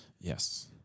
Yes